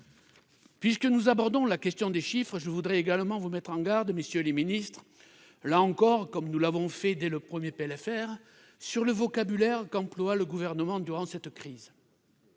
Puisque nous abordons la question des chiffres, je voudrais également vous mettre en garde, messieurs les ministres, comme nous l'avons fait dès le premier PLFR, sur le vocabulaire qu'emploie le Gouvernement durant cette crise.